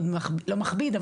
לא מכביד,